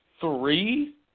three